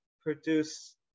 produce